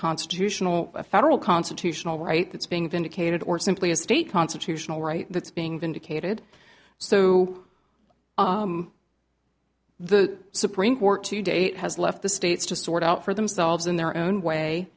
constitutional federal constitutional right that's being vindicated or simply a state constitutional right that's being vindicated so the supreme court to date has left the states to sort out for themselves in their own way